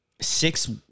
six